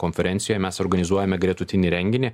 konferencijoj mes organizuojame gretutinį renginį